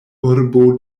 urbo